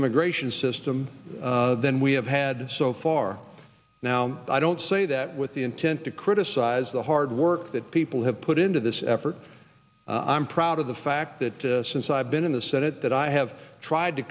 immigration system than we have had so far now i don't say that with the intent to criticize the hard work that people have put into this effort i'm proud of the fact that since i've been in the senate that i have tried to